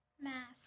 math